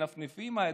תנפנפי עם הידיים,